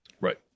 Right